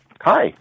Hi